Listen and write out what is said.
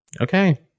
Okay